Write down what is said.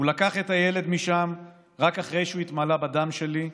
הוא לקח את הילד משם רק אחרי שהוא התמלא בדם שלי,